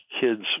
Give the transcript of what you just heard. kids